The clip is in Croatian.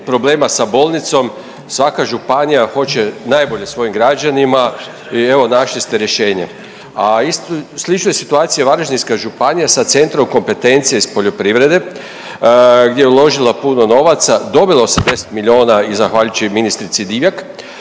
problema sa bolnicom. Svaka županija hoće najbolje svojim građanima i evo našli ste rješenje. A isto u sličnoj situaciji je Varaždinska županija sa Centrom kompetencije iz poljoprivrede gdje je uložila puno novaca. Dobilo se 10 milijuna i zahvaljujući ministrici Divjak.